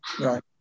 right